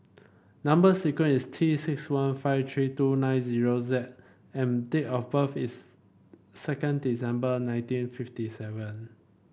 number sequence is T six one five three two nine zero Z and date of birth is second December nineteen fifty seven